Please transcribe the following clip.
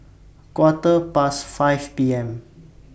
Quarter Past five P M